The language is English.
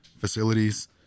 facilities